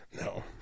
No